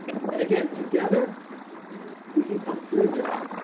and again, together we can come through this.